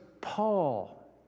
Paul